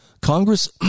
Congress